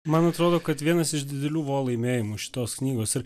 man atrodo kad vienas iš didelių vo laimėjimų šitos knygos ir